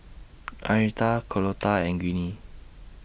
Arnetta Carlotta and Ginny